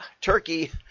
turkey